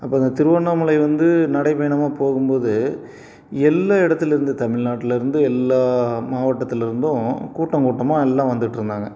அப்போ இந்த திருவண்ணாமலை வந்து நடைப்பயணமாக போகும்போது எல்லா எடத்தில் இருந்து தமிழ்நாட்டில் இருந்து எல்லா மாவட்டத்தில் இருந்தும் கூட்டம் கூட்டமாக எல்லாம் வந்துட்டிருந்தாங்க